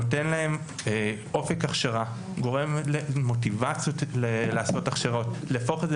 נותן להן אופק הכשרה גורם למוטיבציה לעשות הכשרה להפוך את זה